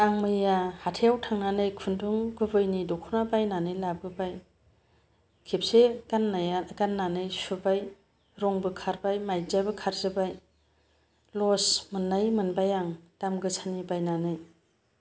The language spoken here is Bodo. आं मैया हाथायाव थांनानै खुंनदुं गुबैनि दख'ना बायनानै लाबोबाय खेबसे गाननानै सुबाय रंबो खारबाय मायदियाबो खारजोबाय लस मोननाय मोनबाय आं दाम गोसानि बायनानै